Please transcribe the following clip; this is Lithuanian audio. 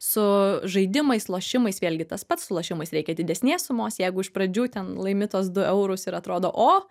su žaidimais lošimais vėlgi tas pats su lošimais reikia didesnės sumos jeigu iš pradžių ten laimi tuos du eurus ir atrodo o